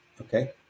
okay